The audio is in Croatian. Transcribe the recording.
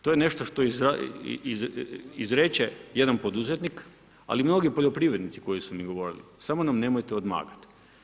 To je nešto što izreče jedan poduzetnik, ali mnogi poljoprivrednici koju su mi govorili, samo nam nemojte odmagat.